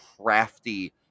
crafty